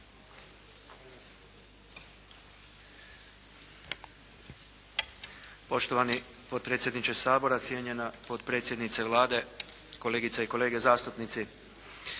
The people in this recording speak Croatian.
Poštovani potpredsjedniče Sabora, cijenjena potpredsjednice Vlade, kolegice i kolege zastupnici.